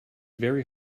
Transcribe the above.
very